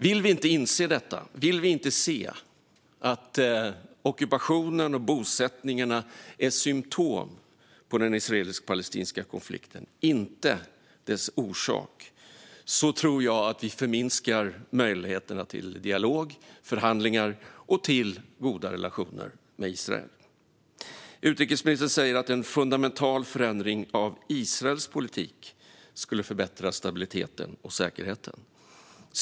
Vill vi inte inse detta och att ockupationen och bosättningarna är symtom på den israelisk-palestinska konflikten, inte dess orsak, tror jag att vi minskar möjligheterna till dialog, förhandlingar och goda relationer med Israel. Utrikesministern säger att en fundamental förändring av Israels politik skulle förbättra stabiliteten och säkerheten.